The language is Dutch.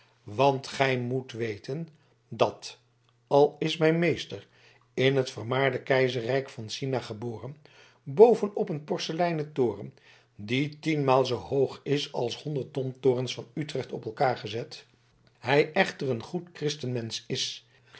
want gij moet weten dat al is mijn meester in het vermaarde keizerrijk van sina geboren boven op een porseleinen toren die tienmalen zoo hoog is als honderd domtorens van utrecht op elkaar gezet hij echter een goed christenmensch is